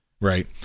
Right